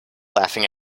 laughing